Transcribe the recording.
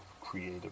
Creative